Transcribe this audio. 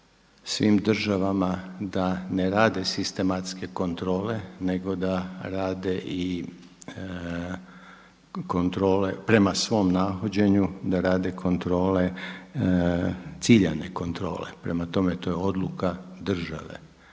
svim državama da ne rade sistematske kontrole nego da rade i kontrole prema svom nahođenju, da rade kontrole, ciljane kontrole. Prema tome to je odluka države.